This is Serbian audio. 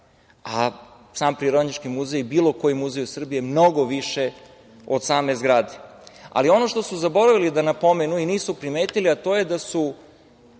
a sam Prirodnjački muzej, bilo koji muzej u Srbiji, je mnogo više od same zgrade, ali ono što su zaboravili da napomenu i nisu primetili, a to je da ti